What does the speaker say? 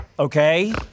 Okay